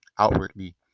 outwardly